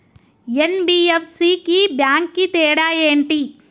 NBFC కి bank కి తేడా ఏంటి?